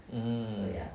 mm